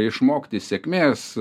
išmokti sėkmės